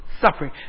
Suffering